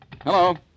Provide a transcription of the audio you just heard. Hello